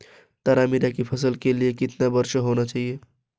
तारामीरा की फसल के लिए कितनी वर्षा होनी चाहिए?